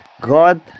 God